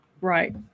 right